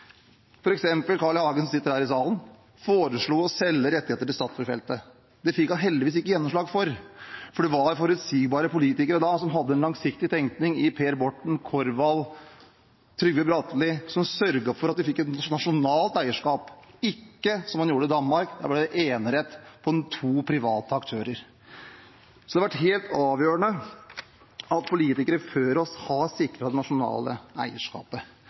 foreslo Carl I. Hagen, som sitter her i salen, å selge rettigheter til Statfjordfeltet. Det fikk han heldigvis ikke gjennomslag for, for det var forutsigbare politikere den gang, Per Borten, Lars Korvald og Trygve Bratteli, som hadde en langsiktig tenkning, og som sørget for at vi fikk et nasjonalt eierskap – ikke som man gjorde i Danmark, hvor det ble enerett for to private aktører. Så det har vært helt avgjørende at politikere før oss har sikret det nasjonale eierskapet.